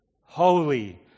holy